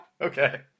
Okay